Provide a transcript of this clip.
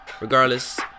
Regardless